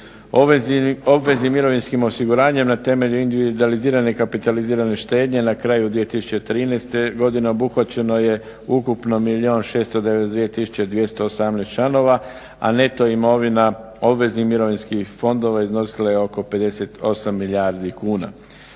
Obveznim mirovinskim osiguranjem na temelju individualne kapitalizirane štednje na kraju 2013. godine obuhvaćeno je ukupno milijun i 692 tisuće 218 članova, a neto imovina obveznih mirovinskih fondova iznosila je oko 58 milijardi kuna.